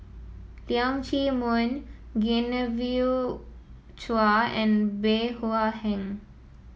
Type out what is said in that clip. Leong Chee Mun Genevieve Chua and Bey Hua Heng